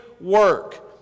work